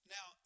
Now